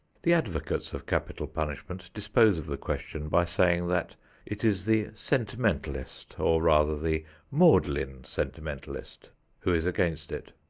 the advocates of capital punishment dispose of the question by saying that it is the sentimentalist or, rather, the maudlin sentimentalist who is against it.